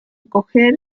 coger